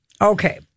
Okay